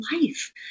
life